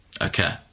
Okay